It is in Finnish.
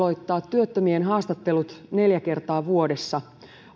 työttömien haastattelut neljä kertaa vuodessa